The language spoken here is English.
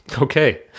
Okay